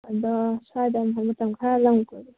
ꯑꯗꯣ ꯁ꯭ꯋꯥꯏꯗ ꯑꯩꯈꯣꯏ ꯃꯇꯝ ꯈꯔ ꯂꯝ ꯀꯣꯏꯕ